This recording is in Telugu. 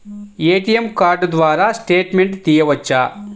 ఏ.టీ.ఎం కార్డు ద్వారా స్టేట్మెంట్ తీయవచ్చా?